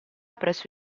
presso